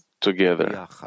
together